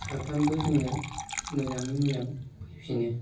साथामबो जोङो मोजाङै मोजां फैफिनो